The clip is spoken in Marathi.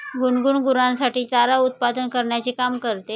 गुनगुन गुरांसाठी चारा उत्पादन करण्याचे काम करते